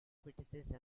criticism